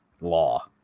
law